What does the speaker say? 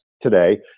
today